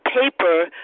paper